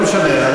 לא משנה.